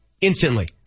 instantly